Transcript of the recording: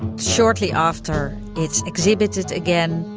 shortly after, it's exhibited again.